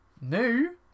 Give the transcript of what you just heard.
New